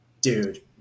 Dude